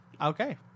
Okay